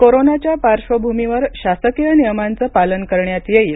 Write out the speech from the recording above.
कोरोनाच्या पार्श्वयभूमीवर शासकीय नियमांचं पालन करण्यात येईल